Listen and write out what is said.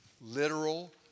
literal